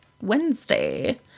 wednesday